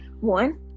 One